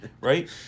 right